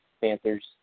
Panthers